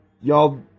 y'all